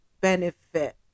benefit